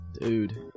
Dude